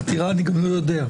חתירה אני גם לא יודע.